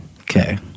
okay